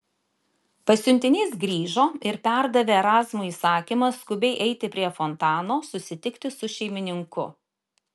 pasiuntinys grįžo ir perdavė erazmui įsakymą skubiai eiti prie fontano susitikti su šeimininku